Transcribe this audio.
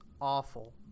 awful